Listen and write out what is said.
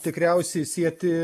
tikriausiai sieti